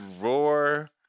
roar